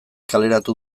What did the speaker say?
kaleratu